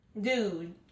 dude